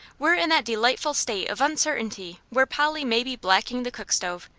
we're in that delightful state of uncertainty where polly may be blacking the cook stove,